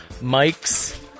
Mike's